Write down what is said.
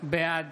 בעד